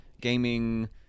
gaming